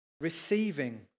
receiving